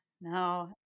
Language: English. No